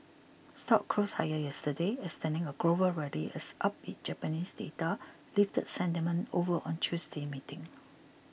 stocks closed higher yesterday extending a global rally as upbeat Japanese data lifted sentiment over on Tuesday's meeting